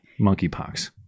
monkeypox